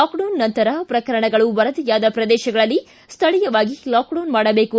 lockdown ನಂತರ ಪ್ರಕರಣಗಳು ವರದಿಯಾದ ಪ್ರದೇಶಗಳಲ್ಲಿ ಸ್ಥಳೀಯವಾಗಿ ಲಾಕ್ಡೌನ್ ಮಾಡಬೇಕು